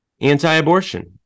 anti-abortion